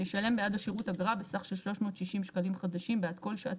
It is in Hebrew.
ישלם בעד השירות אגרה בסך של 360 שקלים חדשים בעד כל שעת